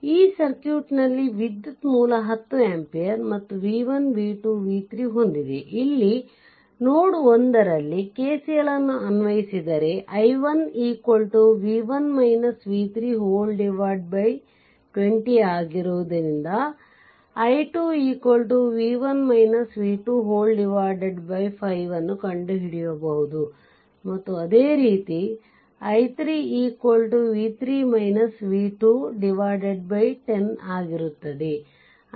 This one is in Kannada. ಈ ಸರ್ಕ್ಯೂಟ್ನಲ್ಲಿ ವಿದ್ಯುತ್ ಮೂಲ 10 amps ಮತ್ತು v1 v2 ಮತ್ತು v 3 ಹೊಂದಿದೆ ಇಲ್ಲಿ ನೋಡ್ 1 ನಲ್ಲಿ KCL ಅನ್ನು ಅನ್ವಯಿಸಿದರೆ i1 20 ಆಗಿರುವುದರಿಂದ i2 5 ನ್ನು ಕಂಡು ಹಿಡಿಯ ಬಹುದು ಮತ್ತು ಅದೇ ರೀತಿ i3 10 ಆಗಿರುತ್ತದೆ